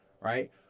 right